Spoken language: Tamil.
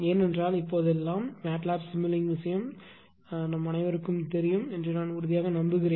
ஏனென்றால் இப்போதெல்லாம் MATLAB Simulink விஷயம் அனைவருக்கும் தெரியும் என்று நான் உறுதியாக நம்புகிறேன்